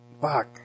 Fuck